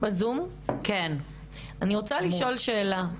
אני רוצה לשאול שאלה.